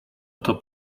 oto